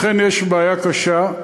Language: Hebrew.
אכן יש בעיה קשה.